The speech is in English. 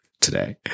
today